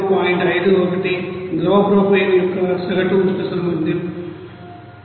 51 ద్రవ ప్రొపేన్ యొక్క సగటు ఉష్ణ సామర్థ్యం 125